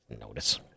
notice